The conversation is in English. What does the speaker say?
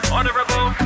Honorable